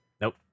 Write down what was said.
nope